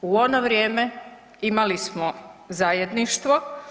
U ono vrijeme imali smo zajedništvo.